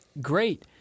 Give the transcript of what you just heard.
great